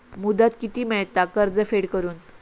मुदत किती मेळता कर्ज फेड करून?